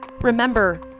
Remember